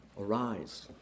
arise